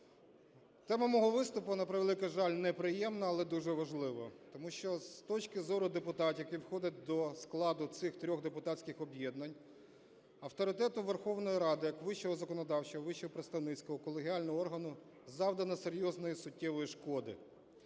Тема мого виступу, на превеликий жаль, неприємна, але дуже важлива. Тому що з точки зору депутатів, які входять до складу цих трьох депутатських об'єднань, авторитету Верховної Ради як вищого законодавчого, вищого представницького, колегіального органу завдано серйозної суттєвої шкоди.